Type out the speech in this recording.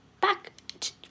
back